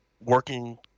working